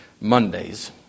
Mondays